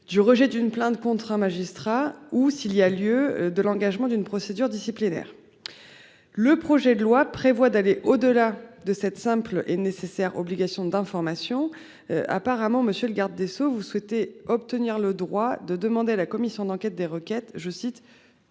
du rejet d'une plainte contre un magistrat ou s'il y a lieu de l'engagement d'une procédure disciplinaire. Le projet de loi prévoit d'aller au-delà de cette simple et nécessaire, obligation d'information. Apparemment monsieur le garde des Sceaux, vous souhaitez obtenir le droit de demander à la commission d'enquête des requêtes je cite